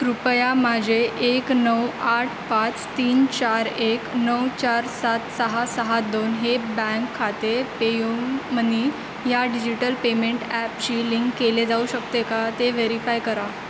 कृपया माझे एक नऊ आठ पाच तीन चार एक नऊ चार सात सहा सहा दोन हे बँक खाते पेयूमनी या डिजिटल पेमेंट ॲपची लिंक केले जाऊ शकते का ते व्हेरीफाय करा